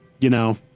you know,